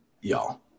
y'all